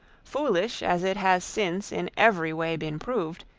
foolish as it has since in every way been proved,